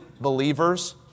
believers